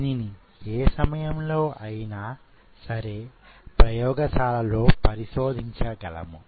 దీనిని ఏ సమయంలో అయినా సరే ప్రయోగశాలలో పరిశోధించగలము